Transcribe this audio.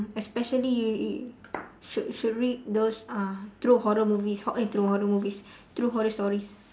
especially if if should should read those uh true horror movies eh true horror movies true horror stories